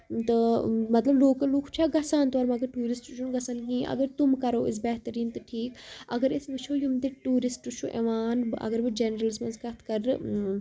مطلب لوکل لُکھ چھا گژھان تور مَگر ٹوٗرِسٹ چھُنہٕ گژھان کہینۍ اَگر تِم کرو أسۍ بہتریٖن تہٕ ٹھیٖک اَگر أسۍ وُچھو یِم تہِ ٹوٗرِسٹ چھُ یِوان اَگر بہٕ جینرلَس منٛز کَتھ کرٕ